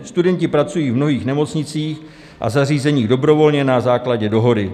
Studenti pracují v mnohých nemocnicích a zařízeních dobrovolně na základě dohody.